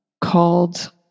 called